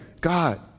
God